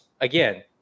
again